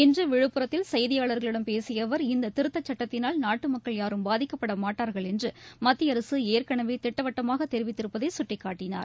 இன்று விழுப்புரத்தில் செய்தியாள்களிடம் பேசிய அவர் இந்த திருத்தச் சட்டத்தினால் நாட்டு மக்கள் யாரும் பாதிக்கப்பட மாட்டார்கள் என்று மத்திய அரசு ஏற்கனவே திட்டவட்டமாக தெரிவித்திருப்பதை சுட்டிக்காட்டினார்